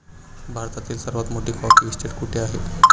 भारतातील सर्वात मोठी कॉफी इस्टेट कुठे आहे?